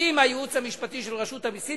עם הייעוץ המשפטי של רשות המסים.